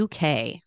UK